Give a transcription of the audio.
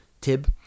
Tib